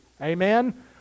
Amen